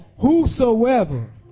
whosoever